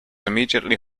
immediately